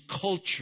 culture